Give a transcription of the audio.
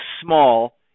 small